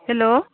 hello